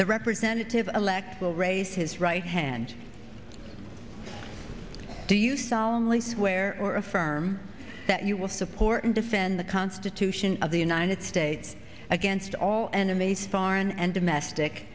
the representative elect will raise his right hand do you solemnly swear or affirm that you will support and defend the constitution of the united states against all enemies foreign and domestic